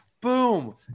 Boom